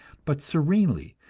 but serenely,